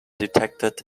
detected